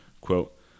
Quote